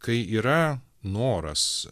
kai yra noras